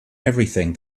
everything